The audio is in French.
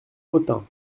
autun